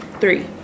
Three